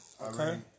Okay